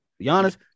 Giannis